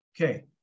Okay